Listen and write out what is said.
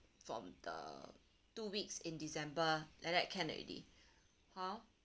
for the two weeks in december like that can already hor